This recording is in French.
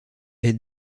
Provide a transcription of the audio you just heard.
est